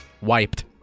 Wiped